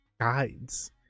guides